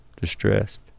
distressed